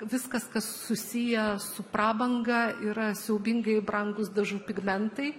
viskas kas susiję su prabanga yra siaubingai brangūs dažų pigmentai